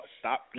stop